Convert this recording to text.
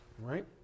Right